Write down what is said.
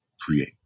create